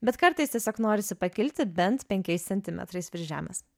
bet kartais tiesiog norisi pakilti bent penkiais centimetrais virš žemės